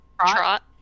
Trot